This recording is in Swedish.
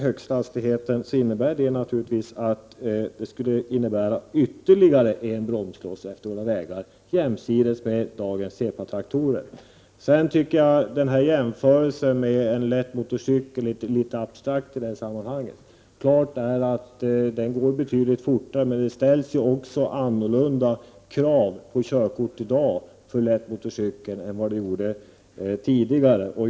Det innebär en ytterligare bromskloss på våra vägar jämsides med dagens EPA-traktorer. Jämförelsen med en lätt motorcykel är litet abstrakt i detta sammanhang. Det är klart att den går betydligt fortare. Men det ställs också i dag andra krav på körkort för lätt motorcykel än vad det gjorde tidigare.